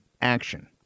action